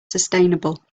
sustainable